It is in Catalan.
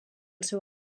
seu